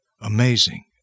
Amazing